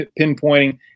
pinpointing